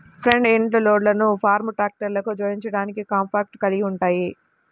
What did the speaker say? front end లోడర్లు farm ట్రాక్టర్లకు జోడించడానికి కాంపాక్ట్ కలిగి ఉంటాయి